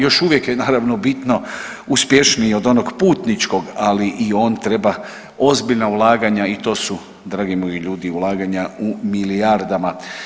Još uvijek je naravno bitno uspješniji od onog putničko, ali i on treba ozbiljna ulaganja i to su dragi moji ljudi ulaganja u milijardama.